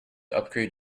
upgrade